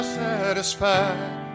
satisfied